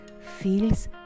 feels